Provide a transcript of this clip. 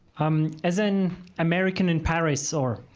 um as an american in paris or,